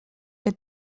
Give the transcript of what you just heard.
que